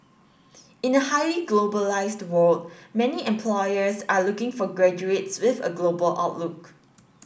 in a highly globalised world many employers are looking for graduates with a global outlook